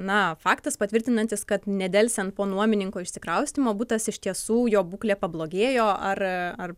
na faktas patvirtinantis kad nedelsiant po nuomininko išsikraustymo butas iš tiesų jo būklė pablogėjo ar